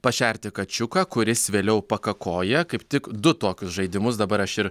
pašerti kačiuką kuris vėliau pakakoja kaip tik du tokius žaidimus dabar aš ir